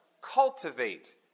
cultivate